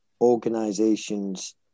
organizations